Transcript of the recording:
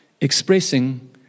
expressing